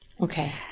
Okay